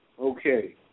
Okay